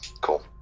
cool